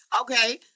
okay